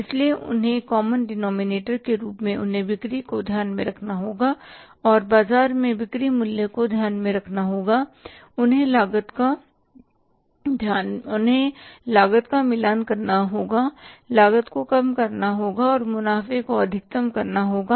इसलिए उन्हें common denominator के रूप में उन्हें बिक्री को ध्यान में रखना होगा और बाजार में बिक्री मूल्य को ध्यान में रखना होगा उन्हें लागत का मिलान करना होगा लागत को कम करना होगा और मुनाफ़े को अधिकतम करना होगा